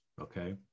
okay